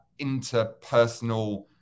interpersonal